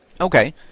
okay